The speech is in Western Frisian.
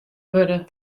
wurde